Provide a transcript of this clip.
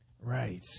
Right